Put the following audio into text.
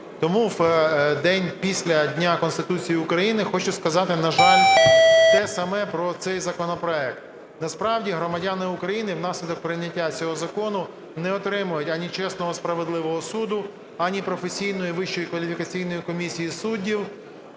Тому в день після Дня Конституції України хочу сказати, на жаль, те саме про цей законопроект. Насправді громадяни України внаслідок прийняття цього закону не отримають ані чесного, справедливого суду, ані професійної Вищої кваліфікаційної комісії суддів,